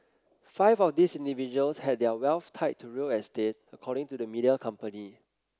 five of these individuals had their wealth tied to real estate according to the media company